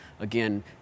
Again